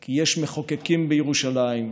כי יש מחוקקים בירושלים,